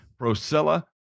procella